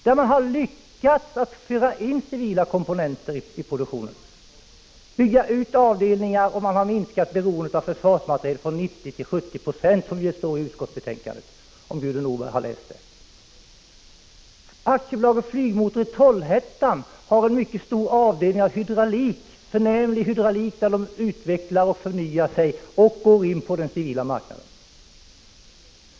Där har man lyckats föra in civila komponenter i produktionen, bygga ut dessa avdelningar och minska beroendet av krigsmateriel från 90 till 70 90, som det står i utskottsbetänkandet. AB Volvo Flygmotor i Trollhättan har en mycket stor avdelning för förnämlig hydraulik. Man utvecklar och förnyar sig och går in på den civila marknaden.